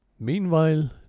meanwhile